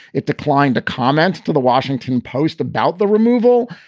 it declined to comment to the washington post about the removal.